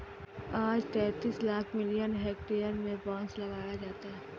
आज तैंतीस lakh million hectare में बांस लगाया जाता है